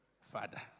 father